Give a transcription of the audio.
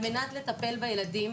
על מנת לטפל בילדים